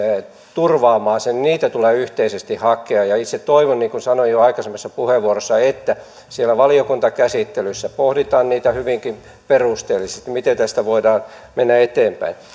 turvaamaan sen tulee yhteisesti hakea itse toivon niin kuin sanoin jo aikaisemmassa puheenvuorossa että siellä valiokuntakäsittelyssä pohditaan hyvinkin perusteellisesti miten tästä voidaan mennä eteenpäin